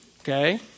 okay